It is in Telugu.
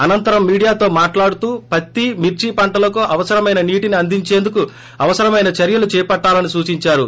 అనంతరం మీడియాతో మాట్లాడుతూ పత్తి మిర్చి పంటలకు అవసరమైన నీటిని అందించేందుకు అవసరమైన చర్యలు చేపట్లాలని సూచిందారు